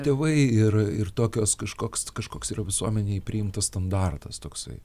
tėvai ir ir tokios kažkoks kažkoks yra visuomenėj priimtas standartas toksai